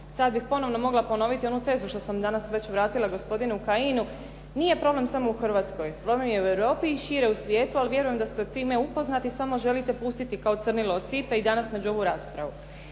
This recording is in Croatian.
Sad bih ponovno mogla ponoviti onu tezu što sam danas već vratila gospodinu Kajinu. Nije problem samo u Hrvatskoj, problem je u Europi i šire u svijetu, ali vjerujem da ste s time upoznati samo želite pustite kao crnilo od sipe i danas među ovu raspravu.